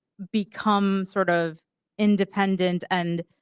become sort of independent and